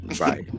right